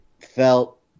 felt